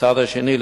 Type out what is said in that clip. ומצד שני,